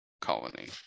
colony